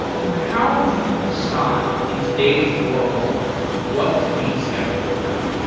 so how do you decide in today's world what to be skeptical about?